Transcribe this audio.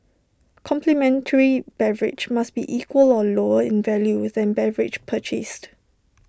complimentary beverage must be equal or lower in value than beverage purchased